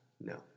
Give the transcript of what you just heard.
no